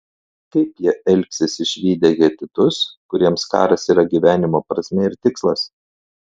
kaip jie elgsis išvydę hetitus kuriems karas yra gyvenimo prasmė ir tikslas